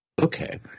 Okay